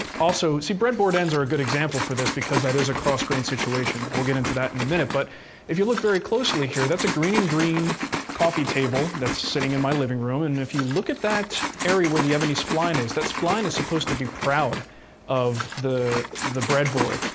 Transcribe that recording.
see, breadboard ends are a good example for this, because that is a cross-grain situation. we'll get into that in a minute, but if you look very closely here, that's a greene and greene coffee table that's sitting in my living room, and if you look at that area where the ebony spline is, that spline is supposed to be proud of the the breadboard,